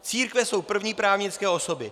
Církve jsou první právnické osoby.